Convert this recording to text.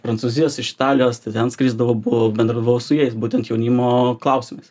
prancūzijos iš italijos tai ten skrisdavau buvo bendravau su jais būtent jaunimo klausimais